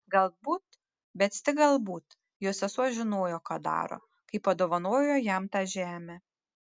galbūt bet tik galbūt jo sesuo žinojo ką daro kai padovanojo jam tą žemę